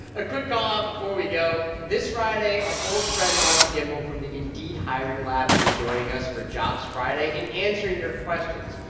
a quick callout before we go. this friday, our old friend martha gimbel from the indeed hiring lab will be joining us for jobs friday and answering your questions.